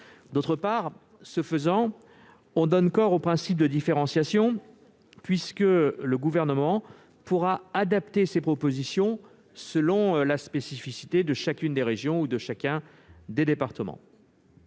qu'une telle mesure donne corps au principe de différenciation, puisque le Gouvernement pourra adapter ses propositions selon la spécificité de chacune des régions ou de chacun des départements.